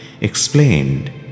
explained